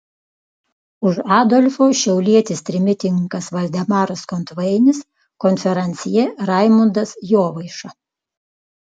už adolfo šiaulietis trimitininkas valdemaras kontvainis konferansjė raimundas jovaiša